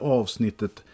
avsnittet